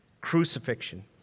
Crucifixion